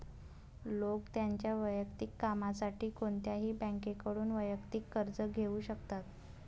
लोक त्यांच्या वैयक्तिक कामासाठी कोणत्याही बँकेकडून वैयक्तिक कर्ज घेऊ शकतात